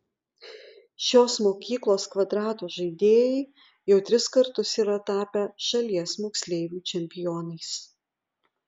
šios mokyklos kvadrato žaidėjai jau tris kartus yra tapę šalies moksleivių čempionais